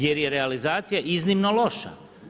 Jer je realizacija iznimno loša.